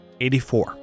84